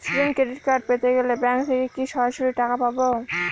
Student credit card পেতে গেলে bank থেকে কি সরাসরি টাকা পাবো?